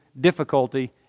difficulty